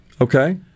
Okay